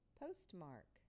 postmark